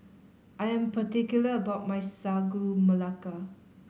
I am particular about my Sagu Melaka